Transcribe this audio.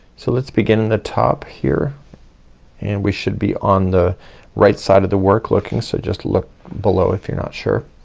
so let's begin in the top here and we should be on the right side of the work looking. so just look below if you're not sure